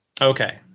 Okay